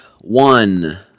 one